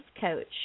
coach